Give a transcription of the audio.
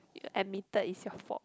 admitted is your fault